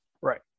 Right